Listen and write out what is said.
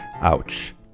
ouch